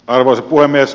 arvoisa puhemies